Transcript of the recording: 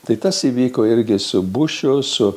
tai tas įvyko irgi su bušu su